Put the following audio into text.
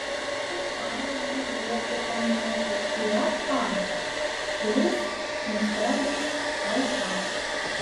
kaip pavyzdį galėčiau paminėti fiat panda kuris nustebins talpa